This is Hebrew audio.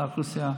לאוכלוסייה.